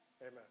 Amen